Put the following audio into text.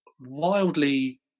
wildly